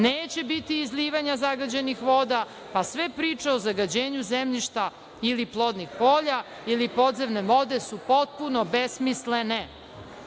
neće biti izlivanja zagađenih voda, a sve priče o zagađenju zemljišta ili plodnih polja ili podzemne vode su potpuno besmislene.